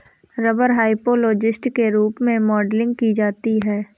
rubber hyperelastic के रूप में मॉडलिंग की जाती है